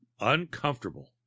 uncomfortable